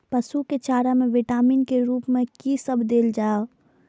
पशु के चारा में विटामिन के रूप में कि सब देल जा?